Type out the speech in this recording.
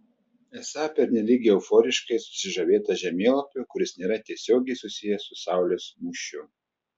esą pernelyg euforiškai susižavėta žemėlapiu kuris nėra tiesiogiai susijęs su saulės mūšiu